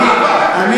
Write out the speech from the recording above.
זמנך עבר.